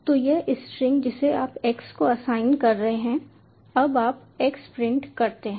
तो यह स्ट्रिंग जिसे आप x को असाइन कर रहे हैं अब आप x प्रिंट करते हैं